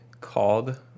called